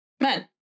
men